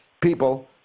people